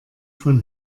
von